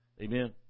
Amen